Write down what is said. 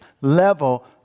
level